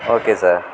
okay sir